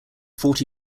fought